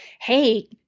hey